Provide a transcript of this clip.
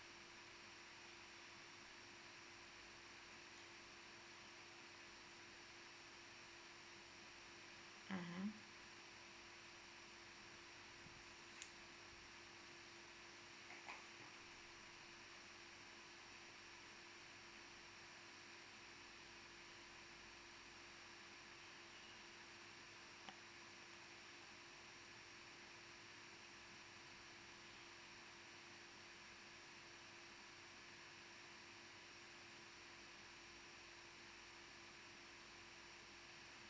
mmhmm